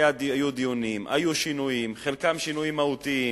היו דיונים, היו שינויים, חלקם שינויים מהותיים.